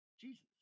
Jesus